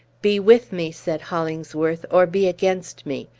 be with me, said hollingsworth, or be against me!